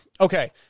Okay